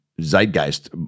zeitgeist